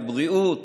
בריאות,